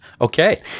Okay